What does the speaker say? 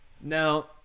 Now